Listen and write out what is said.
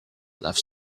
love